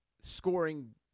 scoring